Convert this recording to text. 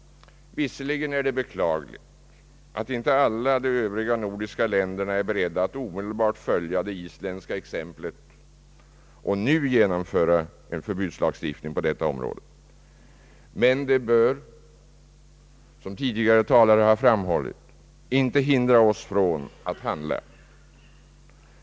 Visserligen är det beklagligt att inte alla de övriga nordiska länderna är beredda att omedelbart följa det isländska exemplet och nu genomföra en förbudslagstiftning på detta område, men det bör som tidigare talare har framhållit inte hindra oss från att handla.